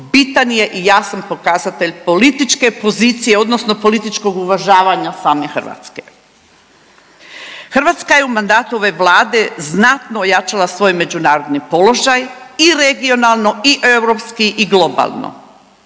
bitan je i jasan pokazatelj političke pozicije odnosno političkog uvažavanja same Hrvatske. Hrvatska je u mandatu ove vlade znatno ojačala svoj međunarodni položaj i regionalno i europski i globalno.